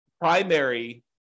primary